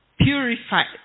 Purified